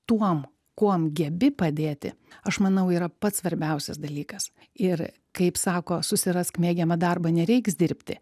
tuom kuom gebi padėti aš manau yra pats svarbiausias dalykas ir kaip sako susirask mėgiamą darbą nereiks dirbti